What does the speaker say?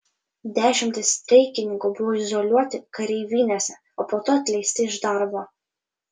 dešimtys streikininkų buvo izoliuoti kareivinėse o po to atleisti iš darbo